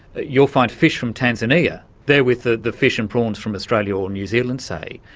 you'll find fish from tanzania, there with the the fish and prawns from australia or new zealand, say.